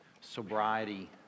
sobriety